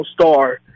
star